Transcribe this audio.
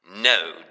No